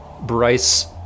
Bryce